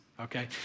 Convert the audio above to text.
okay